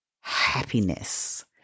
happiness